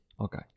Okay